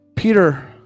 Peter